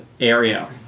area